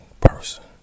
person